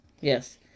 yes